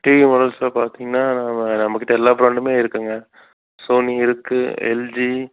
TV மாடல்ஸுலாம் பார்த்தீங்கன்னா நம்ம நம்மகிட்டே எல்லா பிராண்டுமே இருக்குதுங்க சோனி இருக்குது எல்ஜி